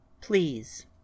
Please